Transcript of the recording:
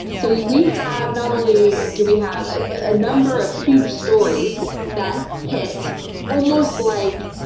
so we we have. not only do we have a number of huge stories that hit almost like